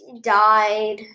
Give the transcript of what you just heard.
Died